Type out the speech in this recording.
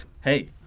Hey